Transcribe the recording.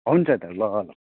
हुन्छ दा ल ल